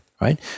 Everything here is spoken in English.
Right